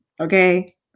Okay